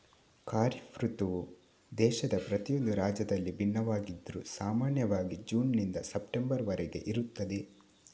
ಖಾರಿಫ್ ಋತುವು ದೇಶದ ಪ್ರತಿಯೊಂದು ರಾಜ್ಯದಲ್ಲೂ ಭಿನ್ನವಾಗಿದ್ರೂ ಸಾಮಾನ್ಯವಾಗಿ ಜೂನ್ ನಿಂದ ಸೆಪ್ಟೆಂಬರ್ ವರೆಗೆ ಇರುತ್ತದೆ